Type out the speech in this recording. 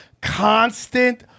constant